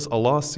Allah